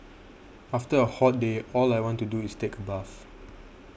after a hot day all I want to do is take a bath